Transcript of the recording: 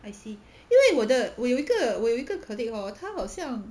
I see 因为我的我有一个我有一个 colleague hor 他好像